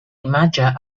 imatge